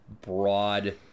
broad